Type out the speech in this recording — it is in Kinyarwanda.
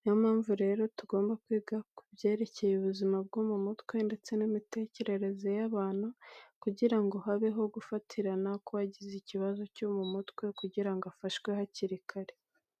Niyo mpamvu rero tugomba kwiga kubyerekeye ubuzima bwo mu mutwe ndetse n'imitekerereza y'abantu kugira ngo habeho gufatirana kuwagize ikibazo cyo mu mutwe kugira ngo afashwe hakiri kare.